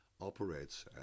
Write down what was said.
operates